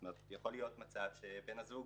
זאת אומרת, יכול להיות מצב שבן הזוג